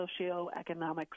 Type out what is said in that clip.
socioeconomic